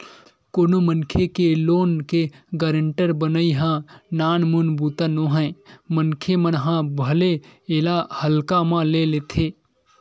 कोनो मनखे के लोन के गारेंटर बनई ह नानमुन बूता नोहय मनखे मन ह भले एला हल्का म ले लेथे